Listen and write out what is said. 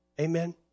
Amen